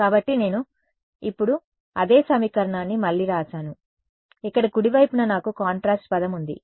కాబట్టి నేను ఇప్పుడు అదే సమీకరణాన్ని మళ్లీ వ్రాశాను ఇక్కడ కుడివైపున నాకు కాంట్రాస్ట్ పదం ఉంది